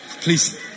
Please